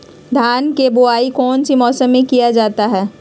धान के बोआई कौन सी मौसम में किया जाता है?